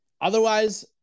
Otherwise